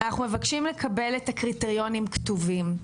אנחנו מבקשים לקבל את הקריטריונים כתובים,